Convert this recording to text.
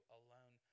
alone